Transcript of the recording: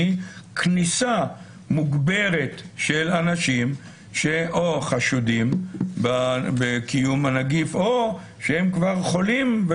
היא כניסה מוגברת של אנשים שחשודים בקיום הנגיף או שהם כבר חולים,